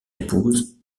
épouse